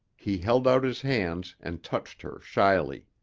he held out his hands and touched her shyly.